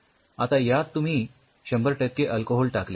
आता यात तुम्ही १०० टक्के अल्कोहोल टाकले